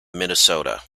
minnesota